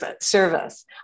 service